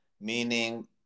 meaning